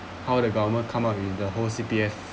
how the government come out in the whole C_P_F